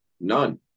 None